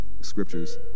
Scriptures